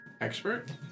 Expert